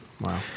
Wow